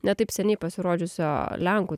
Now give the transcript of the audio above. ne taip seniai pasirodžiusio lenkų